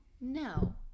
No